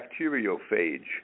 bacteriophage